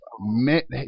met